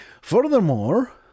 Furthermore